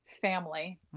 family